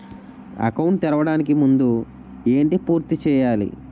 Account తెరవడానికి ముందు ఏంటి పూర్తి చేయాలి?